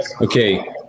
Okay